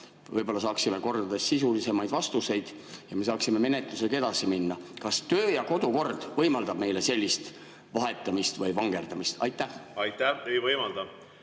Võib-olla saaksime kordades sisulisemaid vastuseid ja me saaksime menetlusega edasi minna. Kas kodu- ja töökord võimaldab meile sellist vahetamist või vangerdamist? Aitäh! Ei võimalda. Austatud